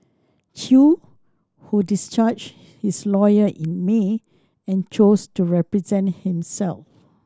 Chew who discharged his lawyer in May and chose to represent himself